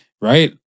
Right